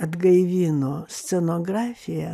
atgaivino scenografiją